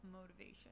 motivation